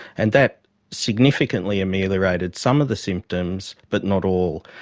and that significantly ameliorated some of the symptoms but not all.